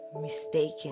mistaken